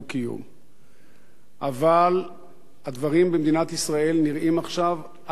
אבל הדברים במדינת ישראל נראים עכשיו קצה הסערה,